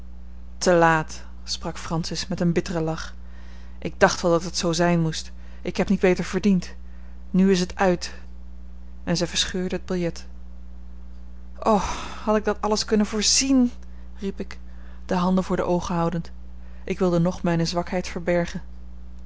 te laat sprak francis met een bitteren lach ik dacht wel dat het zoo zijn moest ik heb niet beter verdiend nu is het uit en zij verscheurde het biljet o had ik dat alles kunnen voorzien riep ik de handen voor de oogen houdend ik wilde nog mijne zwakheid verbergen